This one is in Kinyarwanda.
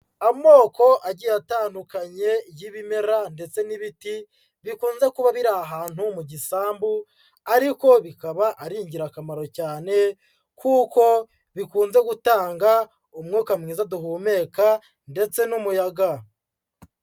Amoko agiye atandukanye y'ibimera ndetse n'ibiti bikunze kuba biri ahantu mu gisambu, ariko bikaba ari ingirakamaro cyane, kuko bikunze gutanga umwuka mwiza duhumeka ndetse n'umuyaga.